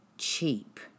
cheap